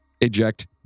eject